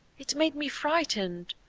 it made me frightened,